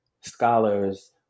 scholars